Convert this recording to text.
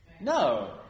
No